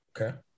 Okay